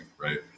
right